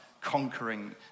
conquering